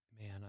Man